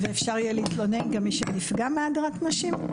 ואפשר יהיה להתלונן גם מי שנפגע מהדרת נשים?